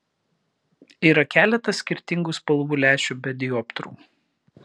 yra keletas skirtingų spalvų lęšių be dioptrų